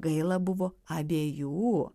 gaila buvo abiejų